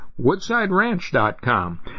WoodsideRanch.com